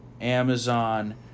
Amazon